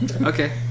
Okay